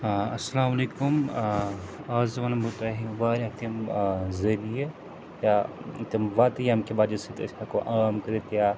ٲں اَلسلامُ علیکُم ٲں آز وَنہٕ بہٕ تۄہہِ واریاہ تِم ٲں ذٔریعہٕ یا تِم وَتہٕ ییٚمہِ کہِ وجہ سۭتۍ أسۍ ہیٚکو عام کٔرِتھ یا